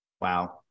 Wow